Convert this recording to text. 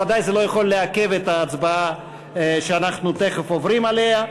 ודאי זה לא יכול לעכב את ההצבעה שאנחנו תכף עוברים אליה.